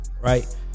Right